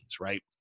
right